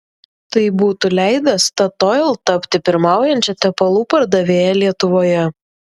tai būtų leidę statoil tapti pirmaujančia tepalų pardavėja lietuvoje